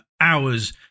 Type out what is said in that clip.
hours